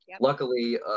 Luckily